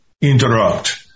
interrupt